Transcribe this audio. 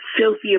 filthy